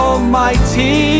Almighty